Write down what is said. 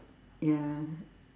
ya